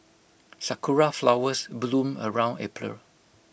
Sakura Flowers bloom around April